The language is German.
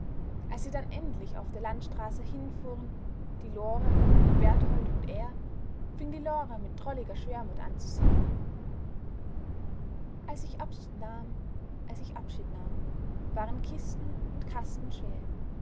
als sie dann endlich auf der landstraße hinfuhren die lore der berthold und er fing die lore mit drolliger schwermut an zu singen als ich abschied nahm als ich abschied nahm waren kisten und kasten schwer